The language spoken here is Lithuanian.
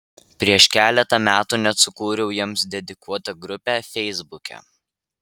prieš keletą metų net sukūriau jiems dedikuotą grupę feisbuke